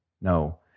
No